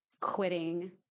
quitting